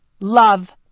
love